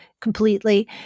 completely